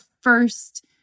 first